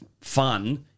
fun